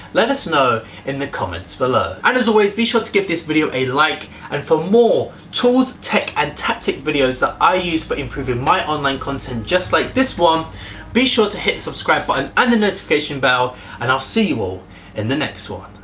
let us know in the comments below! and as always be sure to give this video a like and for more tools, tech and tactic videos that i use for improving my online content just like this one be sure to hit subscribe button and the notification bell and i'll see you all in the next one!